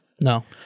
No